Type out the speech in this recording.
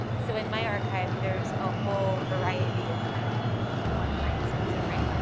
so in my archive there's a whole variety of kinds of things that one might censor, right.